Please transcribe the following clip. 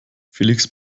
felix